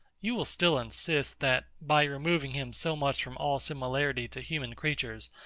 you will still insist, that, by removing him so much from all similarity to human creatures,